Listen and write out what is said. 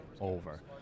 over